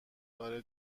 داره